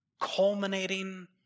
culminating